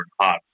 hot